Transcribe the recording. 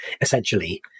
Essentially